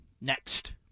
next